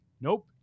Nope